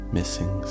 Missing